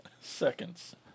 seconds